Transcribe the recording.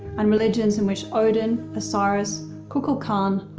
and religions in which odin, osiris, kukulcan,